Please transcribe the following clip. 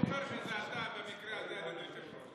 וזה אתה במקרה הזה, אדוני היושב-ראש.